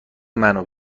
منو